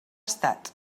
estat